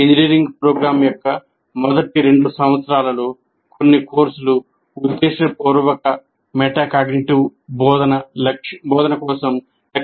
engineering programme యొక్క మొదటి రెండు సంవత్సరాలలో కొన్ని కోర్సులు ఉద్దేశపూర్వక మెటాకాగ్నిటివ్ బోధన కోసం లక్ష్యంగా ఉండాలి